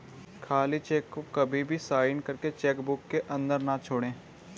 खाली चेक को कभी भी साइन करके चेक बुक के अंदर न छोड़े